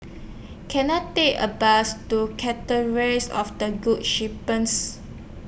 Can I Take A Bus to Catherine's of The Good Shepherds